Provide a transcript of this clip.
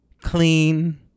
clean